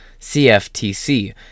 CFTC